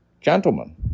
Gentlemen